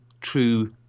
true